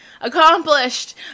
Accomplished